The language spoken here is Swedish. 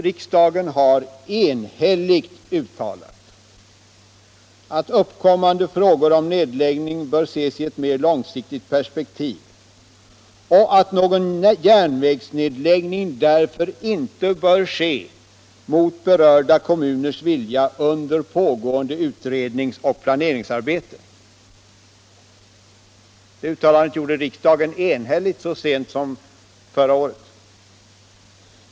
Riksdagen har enhälligt uttalat att uppkommande frågor om nedläggning bör ses i ett mer långsiktigt perspektiv och att någon järnvägsnedläggning därför inte bör ske mot berörda kommuners vilja under pågående utredningsoch planeringsarbete. Detta uttalande gjorde riksdagen enhälligt så sent som förra året.